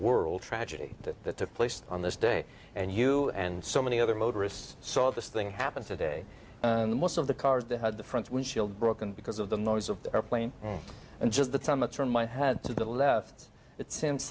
world tragedy that that took place on this day and you and so many other motorists saw this thing happen today most of the cars that had the front windshield broken because of the noise of the airplane and just the time a turn my head to the left it seems